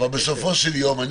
אבל בסופו של יום,